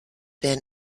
been